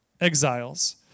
exiles